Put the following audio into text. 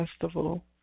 festival